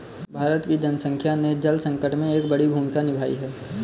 भारत की जनसंख्या ने जल संकट में एक बड़ी भूमिका निभाई है